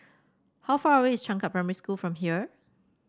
how far away is Changkat Primary School from here